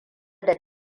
da